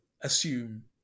assume